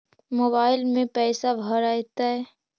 Mobile में पैसा भरैतैय?